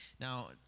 Now